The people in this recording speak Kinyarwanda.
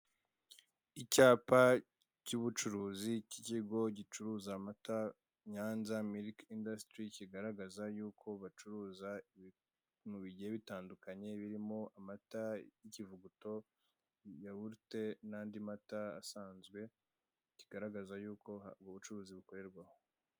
Icyapa cy'ubucuruzi k'ikigo gicuruza amata Nyanza miriki indusitiri kigaragaza yuko bacuruza ibintu ibintu bigiye bitandukanye birimo amata y'ikivuguto, yawurute n'andi mata asanzwe kigaragaza yuko ubwo bucuruzi bukorerwa aho.